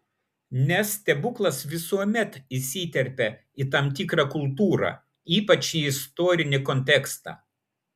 nes stebuklas visuomet įsiterpia į tam tikrą kultūrą ypač į istorinį kontekstą